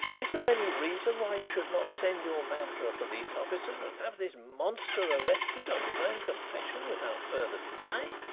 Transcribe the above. is there any reason why you should not send your man for a police officer and have this monster arrested on his own confession without further delay?